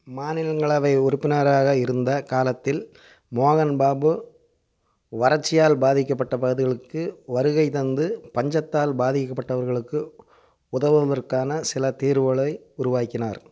மாநிலங்களவை உறுப்பினராக இருந்த காலத்தில் மோகன்பாபு வறட்சியால் பாதிக்கப்பட்ட பகுதிகளுக்கு வருகை தந்து பஞ்சத்தால் பாதிக்கப்பட்டவர்களுக்கு உதவுவதற்கான சில தீர்வுகளை உருவாக்கினார்